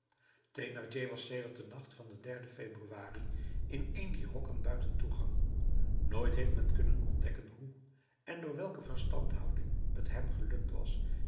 was sedert den nacht van den februari in een dier hokken buiten toegang nooit heeft men kunnen ontdekken hoe en door welke verstandhouding het hem gelukt was